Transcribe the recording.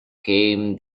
came